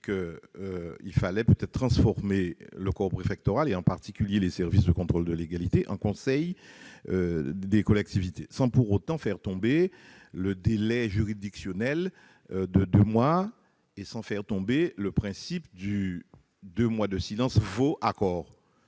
fallait peut-être transformer le corps préfectoral, et en particulier les services de contrôle de légalité, en conseil des collectivités, sans pour autant faire tomber le délai juridictionnel de deux mois ni le principe selon lequel le silence gardé